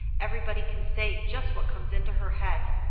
everybody can say just what comes into her head.